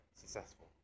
successful